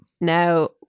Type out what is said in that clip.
Now